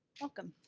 welcome.